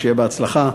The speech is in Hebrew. שיהיה בהצלחה.